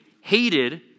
hated